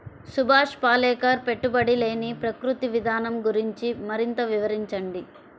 సుభాష్ పాలేకర్ పెట్టుబడి లేని ప్రకృతి విధానం గురించి మరింత వివరించండి